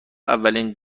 اولین